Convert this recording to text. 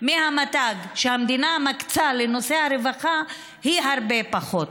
מהתמ"ג שהמדינה מקצה לנושא הרווחה היא הרבה פחות,